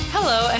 Hello